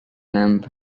lamp